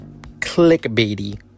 clickbaity